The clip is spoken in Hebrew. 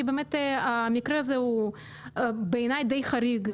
כי באמת המקרה הזה הוא בעיניי די חריג.